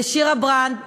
לשירה ברנד,